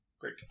Great